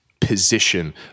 position